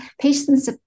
patients